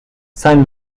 san